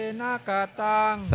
nakatang